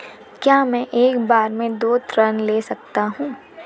क्या मैं एक बार में दो ऋण ले सकता हूँ?